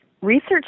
Research